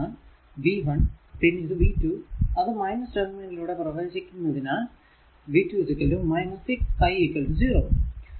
പിന്നെ ഇത് v2 അത് മൈനസ് ടെര്മിനലിലൂടെ പ്രവേശിക്കുന്നതിനാൽ v 2 6 i 0